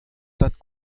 tad